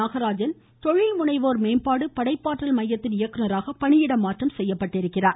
நாகராஜன் தொழில்முனைவோர் மேம்பாடு படைப்பாற்றல் மையத்தின் இயக்குனராக பணியிட மாற்றம் செய்யப்பட்டுள்ளார்